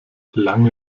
lange